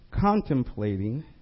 contemplating